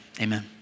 amen